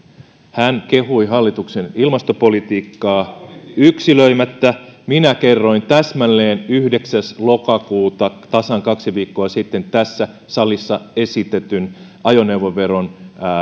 hän kehui hallituksen ilmastopolitiikkaa yksilöimättä minä kerroin täsmälleen että yhdeksäs lokakuuta tasan kaksi viikkoa sitten tässä salissa esitetyn ajoneuvoveron